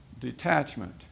detachment